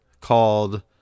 called